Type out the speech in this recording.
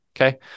okay